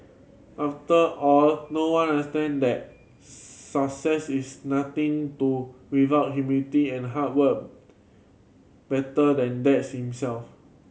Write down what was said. after all no one understand that success is nothing to without humility and hard work better than Dad himself